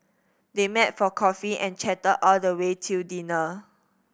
they met for coffee and chatted all the way till dinner